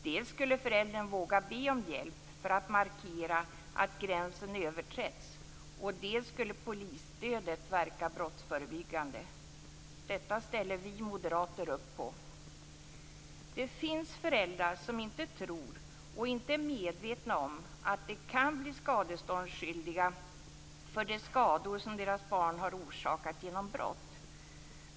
Dels skulle föräldern våga be om hjälp för att markera att gränsen överträtts, dels skulle polisstödet verka brottsförebyggande. Detta ställer vi moderater upp på. Det finns föräldrar som inte tror och inte är medvetna om att de kan bli skadeståndsskyldiga för de skador som deras barn har orsakat genom brott.